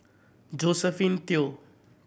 Josephine Teo